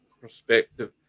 perspective